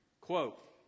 quote